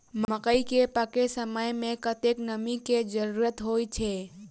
मकई केँ पकै समय मे कतेक नमी केँ जरूरत होइ छै?